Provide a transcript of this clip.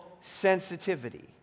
sensitivity